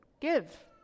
give